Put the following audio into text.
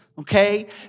Okay